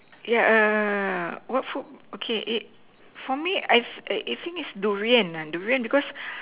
yeah err what fruit okay it for me I I think is Durian ah Durian because